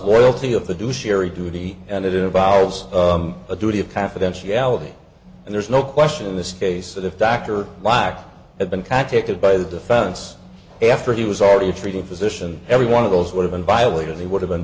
loyalty of the do sherry duty and it involves a duty of confidentiality and there's no question in this case of the fact or lack of been contacted by the defense after he was already treating physician every one of those would have been violated they would have been